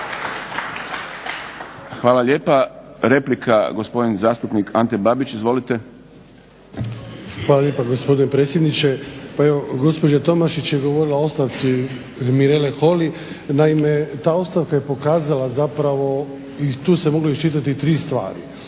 Hvala lijepa. Replika, gospodin zastupnik Ante Babić. Izvolite. **Babić, Ante (HDZ)** Hvala lijepa gospodine predsjedniče. Pa evo gospođa Tomašić je govorila o ostavci Mirele HOly. Naime, ta ostavka je pokazala zapravo i tu se moglo iščitati tri stvari. Prva